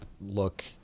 look